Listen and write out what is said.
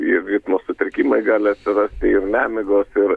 ir ritmo sutrikimai gali atsirasti ir nemigos ir